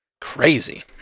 Crazy